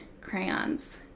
crayons